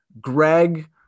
greg